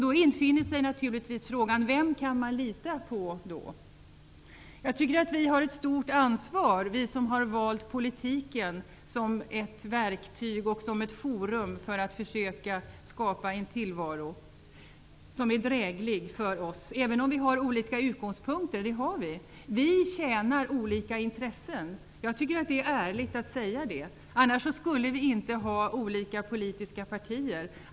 Då infinner sig naturligtvis frågan: Vem kan man lita på? Jag tycker att vi som har valt politiken som ett verktyg och som ett forum för att försöka skapa en tillvaro som är dräglig för oss har ett stort ansvar, även om vi har olika utgångspunkter. Det har vi. Vi tjänar olika intressen. Jag tycker att det är ärligt att säga det. Annars skulle vi inte ha olika politiska partier.